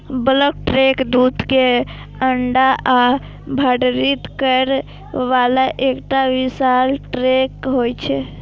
bulk tank दूध कें ठंडा आ भंडारित करै बला एकटा विशाल टैंक होइ छै